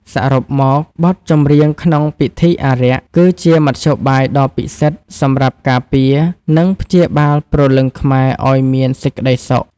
សរុបមក បទចម្រៀងក្នុងពិធីអារក្ស គឺជាមធ្យោបាយដ៏ពិសិដ្ឋសម្រាប់ការពារ និងព្យាបាលព្រលឹងខ្មែរឱ្យមានសេចក្ដីសុខ។